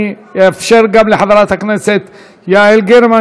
אני אאפשר גם לחברת הכנסת יעל גרמן,